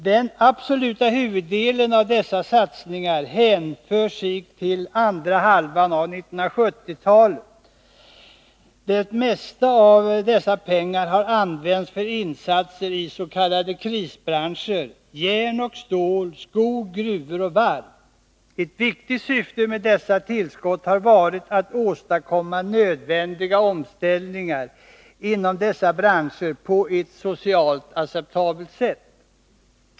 Den absoluta huvuddelen av dessa satsningar hänför sig till andra halvan av 1970-talet. Det mesta av dessa pengar har använts för insatser i s.k. krisbranscher: järn och stål, skog, gruvor och varv. Ett viktigt syfte med dessa tillskott har varit att åstadkomma nödvändiga omställningar inom dessa branscher på ett socialt acceptabelt sätt.